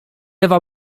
ewa